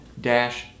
dash